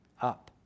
up